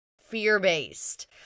fear-based